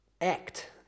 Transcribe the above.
act